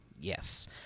Yes